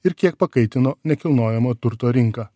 ir kiek pakaitino nekilnojamo turto rinką